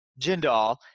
Jindal